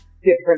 Different